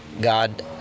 God